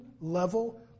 level